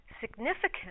significant